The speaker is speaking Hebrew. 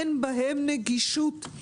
אין בהן נגישות.